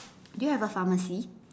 do you have a pharmacy